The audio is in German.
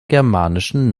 germanischen